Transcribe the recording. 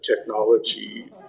technology